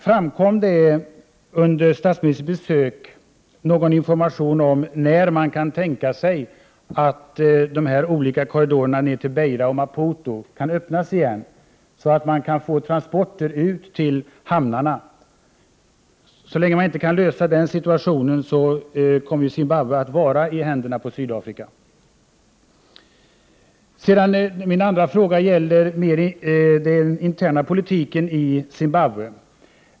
Framkom det under statsministerns besök någon information om när man kan tänka sig att dessa korridorer ner till Beira och Maputo kan öppnas igen, så att man kan få transporter ut till hamnarna? Så länge man inte kan lösa den situationen kommer Zimbabwe att vara i händerna på Sydafrika. Min andra fråga gäller den interna politiken i Zimbabwe.